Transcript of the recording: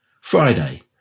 Friday